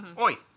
Oi